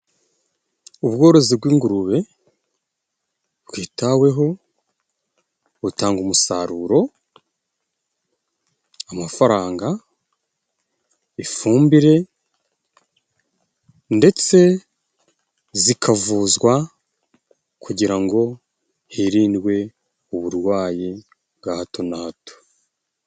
Ubworozi bw'ingurube bwitaweho. Butanga umusaruro, amafaranga, ifumbire, ndetse zikavuzwa kugira ngo hirindwe uburwayi bwa hato na hato.